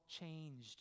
changed